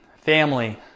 family